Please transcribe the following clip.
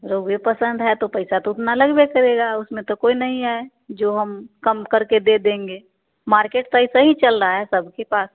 रोहुए पसन्द है तो पैसा तो उतना लगबे करेगा उसमें तो कोई नहीं है जो हम कम करके दे देंगे मार्केट तो ऐसा ही चल रहा है सबके पास